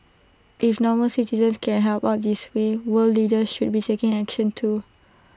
if normal citizens can help out this way world leaders should be taking action too